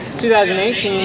2018